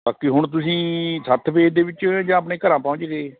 ਬਾਕੀ ਹੁਣ ਤੁਸੀਂ ਸੱਤ ਫੇਸ ਦੇ ਵਿੱਚ ਹੈ ਜਾਂ ਆਪਣੇ ਘਰ ਪਹੁੰਚ ਗਏ